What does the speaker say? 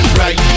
right